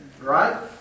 right